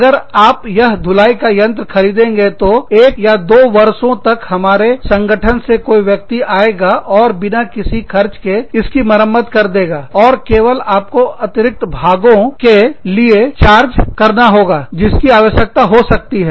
अगर आप यह धुलाई का यंत्र खरीदेंगे तो एक या दो वर्षों तक हमारे संगठन से कोई व्यक्ति आएगा और बिना किसी खर्च के इसकी मरम्मत कर देगा और केवल आपको अतिरिक्त भागों के लिए चार्ज करना होगा जिसकी आवश्यकता हो सकती है